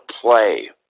play